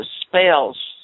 spells